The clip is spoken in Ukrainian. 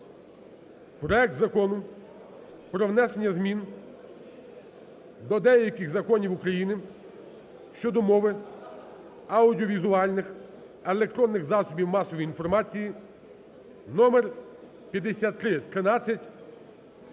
проект Закону про внесення змін до деяких законів України щодо мови, аудіовізуальних (електронних) засобів масової інформації (номер 5313)